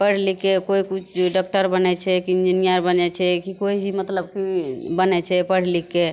पैढ़ लिखके कोइ किछु डॉक्टर बनै छै कि इंजीनियर बनै छै कि कोइ चीज मतलब बनै छै पैढ़ लिखके